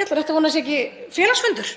Ég ætla rétt að vona að það sé ekki félagsfundur.